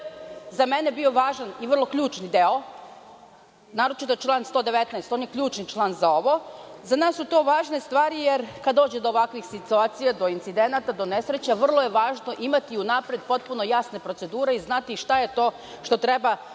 za mene bio važan i vrlo ključni deo, naročito član 119. on je ključni član za ovo. Za nas su to važne stvari jer kad dođe do ovakvih situacija, do incidenata, do nesreća vrlo je važno imati unapred potpuno jasne procedure i znati na koji način treba da